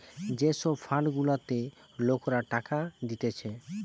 যে সব ফান্ড গুলাতে লোকরা টাকা দিতেছে